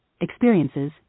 experiences